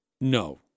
No